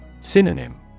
Synonym